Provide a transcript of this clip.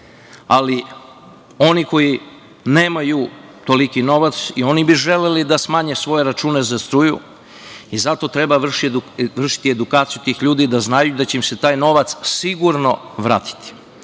ali oni koji nemaju toliki novac i oni bi želeli da smanje svoje račune za struju i zato treba vršiti edukaciju tih ljudi da znaju da će im se taj novac sigurno vratiti.